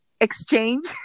Exchange